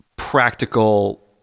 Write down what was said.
Practical